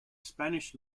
spanish